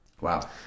Wow